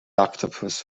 octopus